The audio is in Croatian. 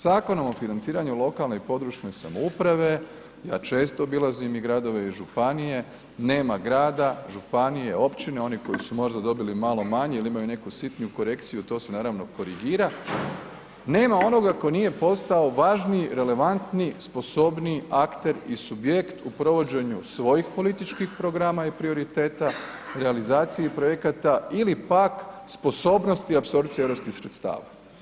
Zakonom o financiranju lokalne i područne samouprave, ja često obilazim i gradove i županije nema grada, županije, općine oni koji su možda dobili malo manje ili imaju neku sitniju korekciju, to se naravno korigira, nema onoga tko nije postao važniji, relevantniji, sposobniji akter i subjekt u provođenju svojih političkih programa i prioriteta realizaciji projekata ili pak sposobnosti apsorpcije europskih sredstava.